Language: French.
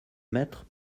mettre